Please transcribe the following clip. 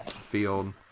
field